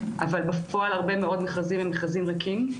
אבל בפועל הרבה מאוד מכרזים הם ריקים.